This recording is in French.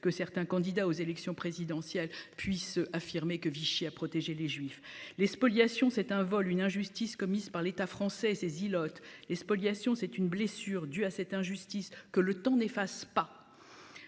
que certains candidats aux élections présidentielles puisse affirmer que Vichy a protégé les juifs les spoliations c'est un vol une injustice commise par l'État français, saisi l'autre les spoliations. C'est une blessure due à cette injustice que le temps n'efface pas.